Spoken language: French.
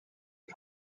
des